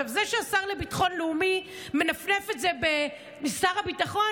זה שהשר לביטחון לאומי מנפנף את זה לשר הביטחון,